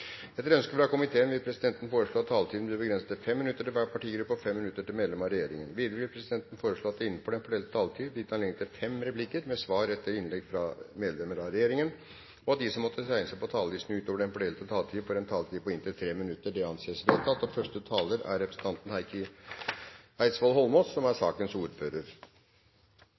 Etter ønske fra familie- og kulturkomiteen vil presidenten foreslå at taletiden blir begrenset til 5 minutter til hver partigruppe og 5 minutter til medlem av regjeringen. Videre vil presidenten foreslå at det blir gitt anledning til fem replikker med svar etter innlegg fra medlemmer av regjeringen innenfor den fordelte taletid, og at de som måtte tegne seg på talerlisten utover den fordelte taletid, får en taletid på inntil 3 minutter. – Det anses vedtatt. Det er en enstemmig komité som er